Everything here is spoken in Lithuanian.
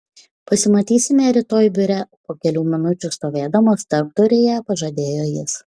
pasimatysime rytoj biure po kelių minučių stovėdamas tarpduryje pažadėjo jis